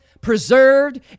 preserved